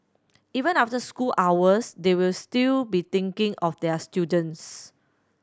even after school hours they will still be thinking of their students